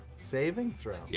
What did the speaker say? saving throw? yeah